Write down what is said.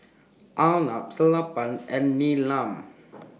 Arnab Sellapan and Neelam